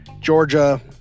Georgia